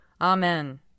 Amen